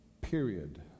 period